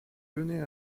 données